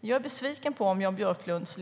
Jag är besviken på om Jan Björklunds